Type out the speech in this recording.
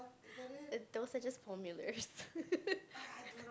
those are just formulas